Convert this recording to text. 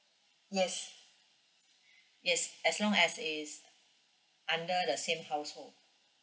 yes yes as long as it's under the same household